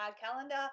calendar